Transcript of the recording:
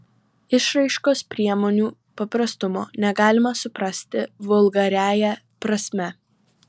išraiškos priemonių paprastumo negalima suprasti vulgariąja prasme